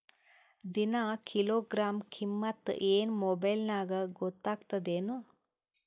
ದಿನಾ ಕಿಲೋಗ್ರಾಂ ಕಿಮ್ಮತ್ ಏನ್ ಮೊಬೈಲ್ ನ್ಯಾಗ ಗೊತ್ತಾಗತ್ತದೇನು?